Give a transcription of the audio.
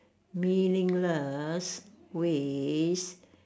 meaningless ways